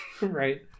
Right